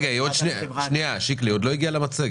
רק רגע, שיקלי, היא עוד לא הגיעה למצגת.